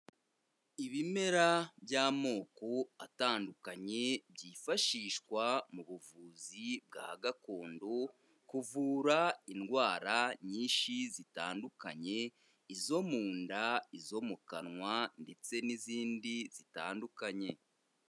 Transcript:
Ibimera by'amoko atandukanye byifashishwa mu buvuzi bwa gakondo, kuvura indwara nyinshi zitandukanye, izo mu nda, izo mu kanwa, ndetse n'izindi zitandukanye.